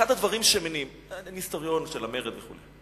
אני היסטוריון של המרד וכו',